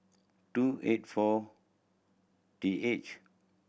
two eight four T H